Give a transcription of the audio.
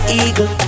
eagle